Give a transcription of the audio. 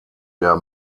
der